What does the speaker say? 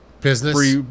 business